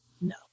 no